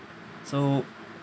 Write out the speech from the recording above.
so